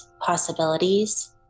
possibilities